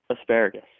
asparagus